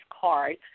card